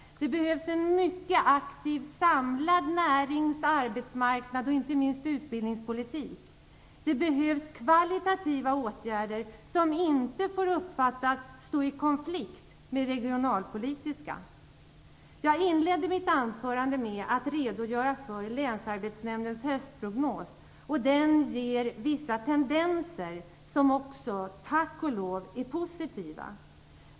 Det behövs en mycket aktiv samlad närings-, arbetsmarknads och, inte minst, utbildningspolitik. Det behövs kvalitativa åtgärder som inte får uppfattas stå i konflikt med regionalpolitiska åtgärder. Jag inledde mitt anförande med att redogöra för länsarbetsnämndens höstprognos. Den innehåller vissa tendenser som, tack och lov, är positiva.